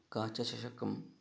काचचषकम्